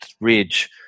ridge